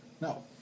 No